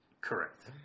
Correct